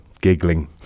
Giggling